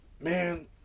man